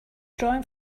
drawing